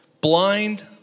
blind